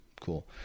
cool